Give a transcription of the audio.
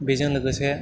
बेजों लोगोसे